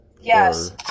Yes